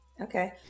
Okay